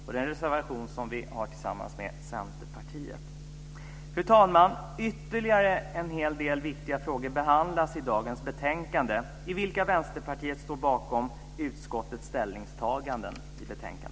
Det är en reservation som vi har tillsammans med Centerpartiet. Fru talman! Ytterligare en hel del viktiga frågor behandlas i dagens betänkande i vilka Vänsterpartiet står bakom utskottets ställningstaganden.